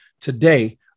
today